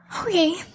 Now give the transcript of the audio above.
okay